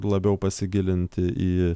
labiau pasigilinti į